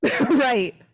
Right